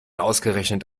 ausgerechnet